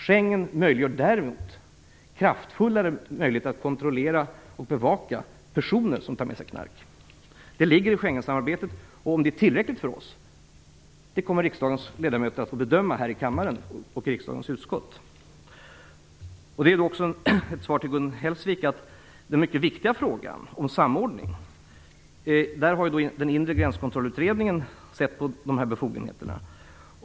Schengen möjliggör däremot ökade möjligheter att kontrollera och bevaka personer som har med sig knark. Det ligger i Schengensamarbetet, och om det är tillräckligt för oss kommer riksdagens ledamöter och utskott att få bedöma. Som svar till Gun Hellsvik kan jag också säga att när det gäller den mycket viktiga frågan om samordning har då den inre gränskontroll-utredningen sett på dessa befogenheter.